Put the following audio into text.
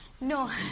no